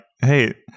hey